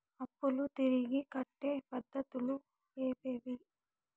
అప్పులు తిరిగి కట్టే పద్ధతులు ఏవేవి